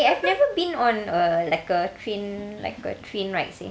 eh I've never been on a like a train like a train ride leh